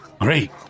Great